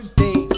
day